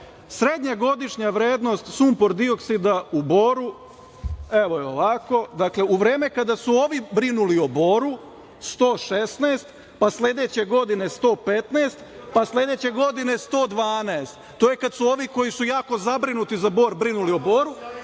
srednja godišnja vrednost sumpor-dioksida u Boru evo je ovako. Dakle, u vreme kada su ovi brinuli o Boru 116, pa sledeće godine 115, pa sledeće godine 112, to je kada su ovi koji su jako zabrinuti za Bor brinuli o Boru,